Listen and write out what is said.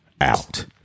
out